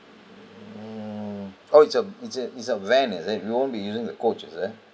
mm oh it's a it's a it's a van is it we won't be using the coach is that